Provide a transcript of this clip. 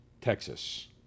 Texas